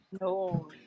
No